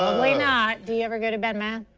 probably not. you ever go to bed mad?